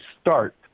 start